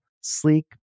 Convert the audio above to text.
sleek